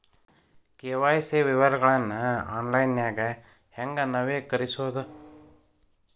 KYC ವಿವರಗಳನ್ನ ಆನ್ಲೈನ್ಯಾಗ ಹೆಂಗ ನವೇಕರಿಸೋದ